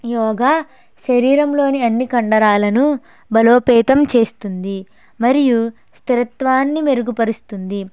యోగ శరీరంలోని అన్నీ కండరాలను బలోపేతం చేస్తుంది మరియు స్థిరత్వాన్ని మెరుగుపరుస్తుంది